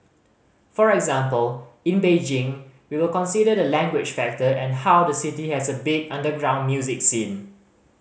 for example in Beijing we will consider the language factor and how the city has a big underground music scene